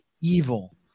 evil